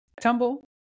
tumble